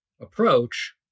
approach